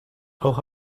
auch